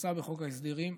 שנכנסה בחוק ההסדרים,